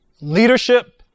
Leadership